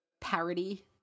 parody